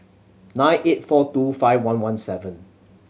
nine eight four two five one one seven